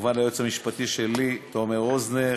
וכמובן ליועץ המשפטי שלי, תומר רוזנר,